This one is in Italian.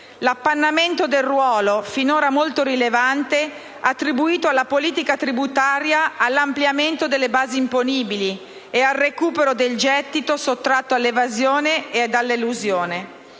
l'appannamento del ruolo, finora molto rilevante, attribuito dalla politica tributaria all'ampliamento delle basi imponibili e al recupero del gettito sottratto dall'evasione e dall'elusione».